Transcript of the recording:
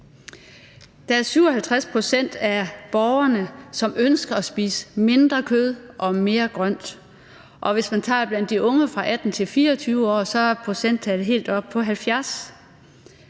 Der er 57 pct. af borgerne, der ønsker at spise mindre kød og mere grønt. Og hvis man tager og kigger på de unge på 18-24 år, er procenttallet helt oppe på 70.